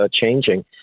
changing